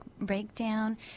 breakdown